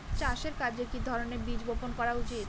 চাষের কাজে কি ধরনের বীজ বপন করা উচিৎ?